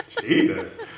Jesus